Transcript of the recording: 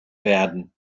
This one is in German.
werden